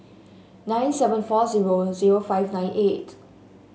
nine seven four zero zero five nine eight